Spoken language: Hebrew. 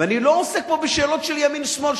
ואני לא עוסק פה בשאלות של ימין שמאל,